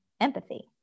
empathy